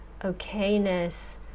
okayness